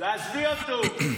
תעזבי אותו.